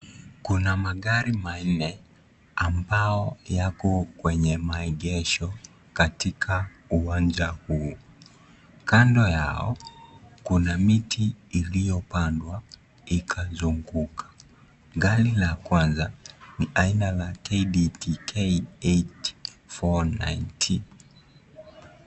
Kuna magari manne amabo yako kwenye maegesho katika uwanja huu, kando yao kuna miti iliyopandwa ikazunguka. Gari la kwanza ni aina la KDTK8490.